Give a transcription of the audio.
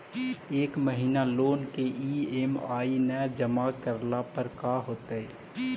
एक महिना लोन के ई.एम.आई न जमा करला पर का होतइ?